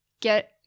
get